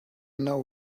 know